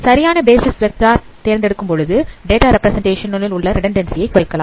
சரியான basis vector தேர்ந்தெடுக்கும் பொழுது டேட்டா ரெப்பிரசன்டேஷன் உள்ள ரெடுண்டன்ஸி யை குறைக்கலாம்